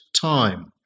time